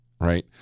right